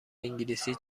انگلیسی